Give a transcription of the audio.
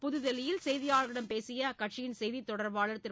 புதுதில்லியில் செய்தியாளர்களிடம் பேசிய அக்கட்சியின் செய்தித் தொடர்பாளர் திரு